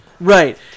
Right